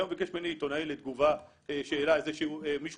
היום ביקש ממני עיתונאי תגובה לשאלה על זה שמישהו